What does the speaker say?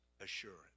assurance